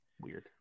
weird